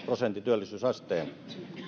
prosentin työllisyysasteen se